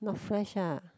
not fresh ah